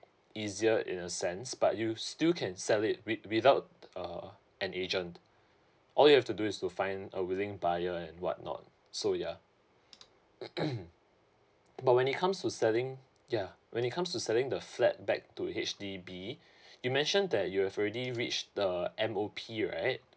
easier in the sense but you still can sell it with without uh an agent all you have to do is to find a willing buyer and what not so ya but when it comes to selling ya when it comes to selling the flat back to H_D_B you mention that you have already reached the M_O_P right